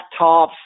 laptops